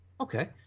Okay